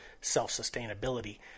self-sustainability